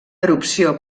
erupció